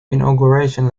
inauguration